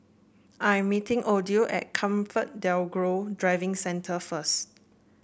I am meeting Odile at ComfortDelGro Driving Centre first